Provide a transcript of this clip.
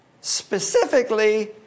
specifically